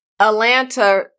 Atlanta